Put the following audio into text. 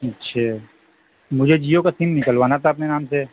اچھا مجھے جیو کا سم نکلوانا تھا اپنے نام سے